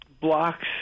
blocks